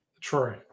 True